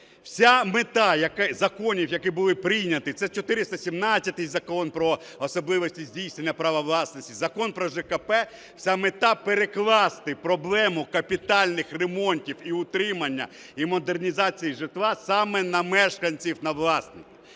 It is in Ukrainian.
Вся мета законів, які були прийняті, це 417-й Закон про особливості здійснення права власності, Закон про ЖКП, це мета перекласти проблему капітальних ремонтів і утримання, і модернізацію житла саме на мешканців, на власників.